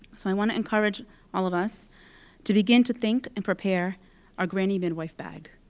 so i want to encourage all of us to begin to think and prepare our granny midwife bag.